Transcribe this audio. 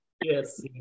Yes